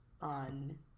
on